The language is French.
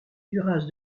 duras